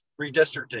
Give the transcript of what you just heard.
redistricting